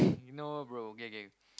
you know bro okay okay